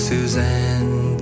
Suzanne